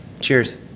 cheers